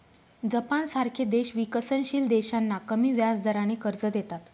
जपानसारखे देश विकसनशील देशांना कमी व्याजदराने कर्ज देतात